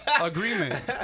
Agreement